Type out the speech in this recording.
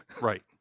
Right